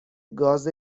گاز